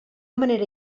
manera